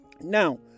now